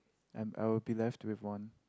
I'm I'll be left with one